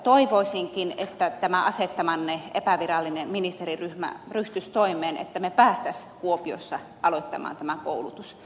toivoisinkin että tämä asettamanne epävirallinen ministeriryhmä ryhtyisi toimeen että me pääsisimme kuopiossa aloittamaan tämän koulutuksen